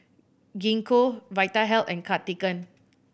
Gingko Vitahealth and Cartigain